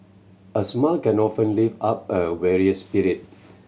a smile can often lift up a weary spirit